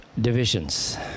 divisions